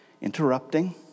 interrupting